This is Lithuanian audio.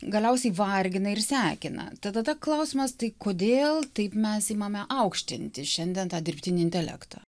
galiausiai vargina ir sekina tai tada klausimas tai kodėl taip mes imame aukštinti šiandien tą dirbtinį intelektą